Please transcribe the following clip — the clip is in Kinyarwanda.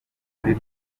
buri